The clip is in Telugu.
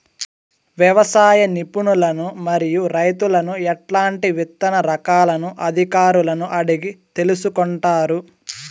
వ్యవసాయ నిపుణులను మరియు రైతులను ఎట్లాంటి విత్తన రకాలను అధికారులను అడిగి తెలుసుకొంటారు?